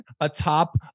atop